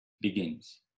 begins